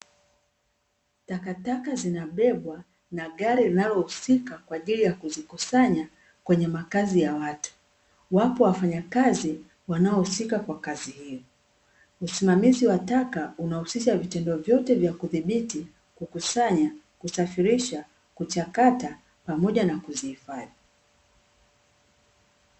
Takataka zinabebwa na gari linalohusika kwa ajili ya kuzikusanya kwenye makazi ya watu. Wapo wafanyakazi wanaohusika kwa kazi hiyo. Usimamizi wa taka unahusisha vitendo vyote vya kudhibiti, kukusanya, kusafirisha, kuchakata pamoja na kuzihifadhi.